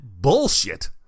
bullshit